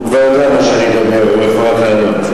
הוא כבר יודע מה שאני אדבר, הוא יכול רק לענות.